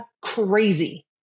crazy